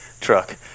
truck